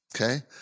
Okay